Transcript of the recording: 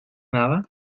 nada